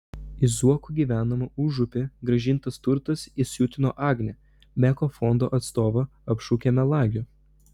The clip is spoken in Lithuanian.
į zuokų gyvenamą užupį grąžintas turtas įsiutino agnę meko fondo atstovą apšaukė melagiu